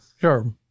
Sure